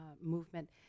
movement